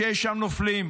שיש שם נופלים,